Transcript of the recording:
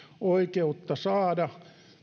oikeutta saada